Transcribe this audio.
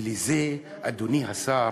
ולזה, אדוני השר,